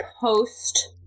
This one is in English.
post